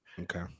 Okay